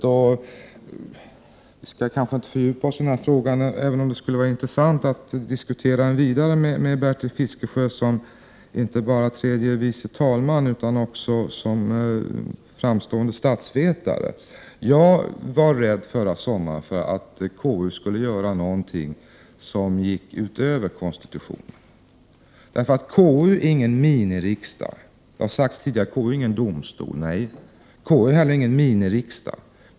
Vi skall kanske inte fördjupa oss i den frågan, även om det skulle vara intressant att diskutera den vidare med Bertil Fiskesjö, inte bara i hans egenskap av tredje vice talman, utan också som framstående statsvetare. Jag var rädd förra sommaren för att KU skulle göra någonting som gick utöver konstitutionen. Det har sagts tidigare. KU är ingen domstol. KU är ingen miniriksdag.